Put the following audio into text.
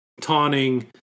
taunting